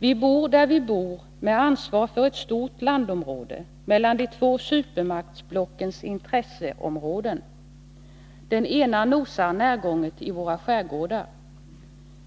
Vi bor där vi bor med ansvar för ett stort landområde mellan de två supermaktsblockens intresseområden. Den ena supermakten nosar närgånget i våra skärgårdar.